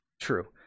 True